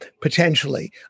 potentially